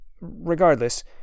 regardless